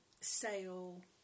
sale